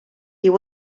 you